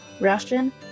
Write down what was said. Russian